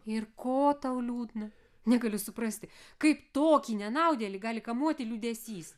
ir ko tau liūdna negaliu suprasti kaip tokį nenaudėlį gali kamuoti liūdesys